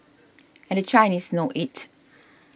and the Chinese know it